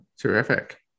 Terrific